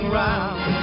round